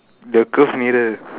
the curve mirror